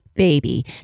baby